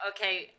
Okay